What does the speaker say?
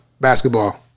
basketball